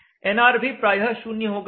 nr भी प्रायः 0 होगा